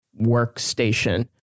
workstation